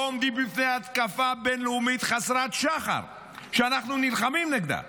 לא עומדים בפני התקפה בין-לאומית חסרת שחר שאנחנו נלחמים נגדה.